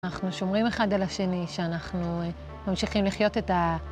אנחנו שומרים אחד על השני, שאנחנו ממשיכים לחיות את ה...